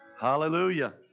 Hallelujah